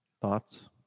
Thoughts